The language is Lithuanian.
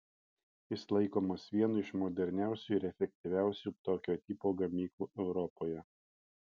jis laikomas vienu iš moderniausių ir efektyviausių tokio tipo gamyklų europoje